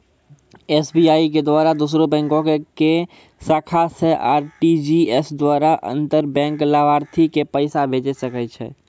SBI के द्वारा दोसरो बैंको के शाखा से आर.टी.जी.एस द्वारा अंतर बैंक लाभार्थी के पैसा भेजै सकै छै